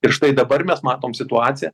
ir štai dabar mes matom situaciją